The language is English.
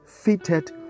fitted